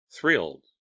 thrilled